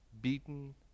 beaten